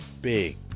big